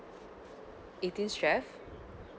eighteen chef